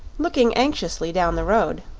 looking anxiously down the road.